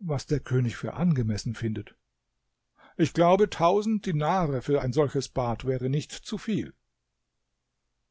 was der könig für angemessen findet ich glaube tausend dinare für ein solches bad wäre nicht zu viel